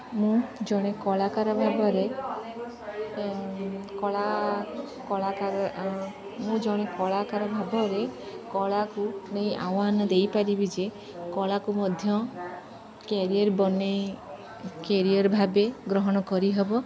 ମୁଁ ଜଣେ କଳାକାର ଭାବରେ କଳା କଳାକାର ମୁଁ ଜଣେ କଳାକାର ଭାବରେ କଳାକୁ ନେଇ ଆହ୍ୱାନ ଦେଇପାରିବି ଯେ କଳାକୁ ମଧ୍ୟ କ୍ୟାରିଅର୍ ବନାଇ କ୍ୟାରିିଅର୍ ଭାବେ ଗ୍ରହଣ କରିହବ